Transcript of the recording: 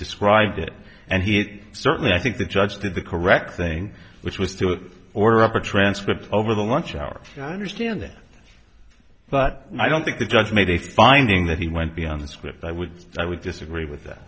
described it and he certainly i think the judge did the correct thing which was to order up a transcript over the lunch hour i understand that but i don't think the judge made a finding that he went beyond the script i would i would disagree with that